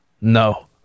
No